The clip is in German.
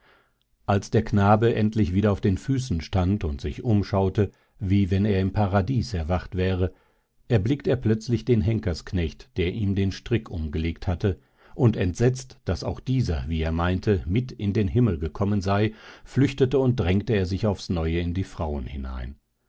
als der knabe endlich wieder auf den füßen stand und sich umschaute wie wenn er im paradies erwacht wäre erblickt er plötzlich den henkersknecht der ihm den strick umgelegt hatte und entsetzt daß auch dieser wie er meinte mit in den himmel gekommen sei flüchtete und drängte er sich aufs neue in die frauen hinein